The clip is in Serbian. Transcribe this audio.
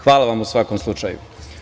Hvala u svakom slučaju.